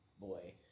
boy